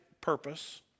purpose